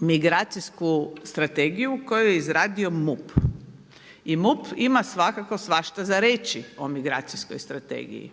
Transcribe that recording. migracijsku strategiju koju je izradio MUP i MUP ima svakako svašta za reći o migracijskoj strategiji.